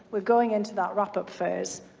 we are going into that wrap up phase,